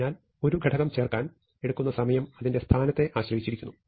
അതിനാൽ ഒരു ഘടകം ചേർക്കാൻ എടുക്കുന്ന സമയം അതിന്റെ സ്ഥാനത്തെ ആശ്രയിച്ചിരിക്കുന്നു